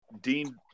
dean